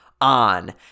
on